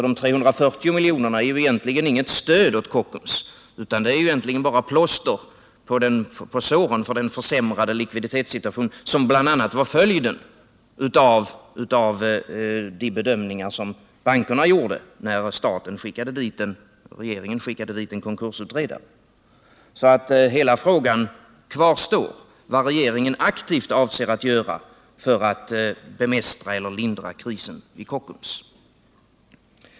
De 340 miljonerna är därför egentligen inget stöd åt Kockums utan bara plåster på såren för den försämrade likviditetssituation som bl.a. var följden av de bedömningar som bankerna gjorde när regeringen skickat dit en konkursutredare. Därför kvarstår fortfarande hela frågan vad regeringen aktivt avser att göra för att bemästra eller lindra krisen vid Kockums.